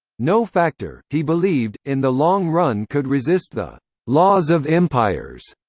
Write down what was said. no factor, he believed, in the long run could resist the laws of empires.